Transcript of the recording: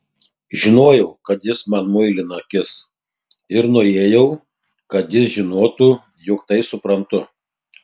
žinojau kad jis man muilina akis ir norėjau kad jis žinotų jog tai suprantu